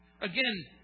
Again